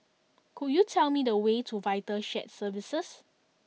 could you tell me the way to Vital Shared Services